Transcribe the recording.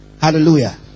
Hallelujah